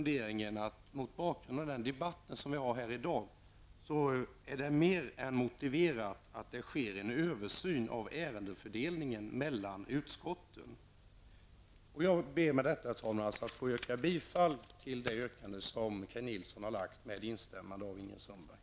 Möjligen kan man mot bakgrund av dagens debatt göra den filosofiska reflexionen att det är mer än motiverat att det görs en översyn av ärendefördelningen mellan utskotten. Jag ber med detta, herr talman, att med instämmande i vad Ingrid Sundberg sade få yrka bifall till Kaj Nilssons yrkande.